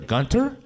Gunter